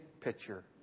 picture